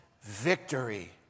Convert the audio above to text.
victory